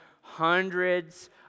hundreds